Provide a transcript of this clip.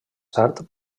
tard